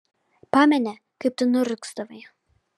pameni kaip tu niurgzdavai